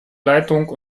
leitung